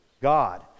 God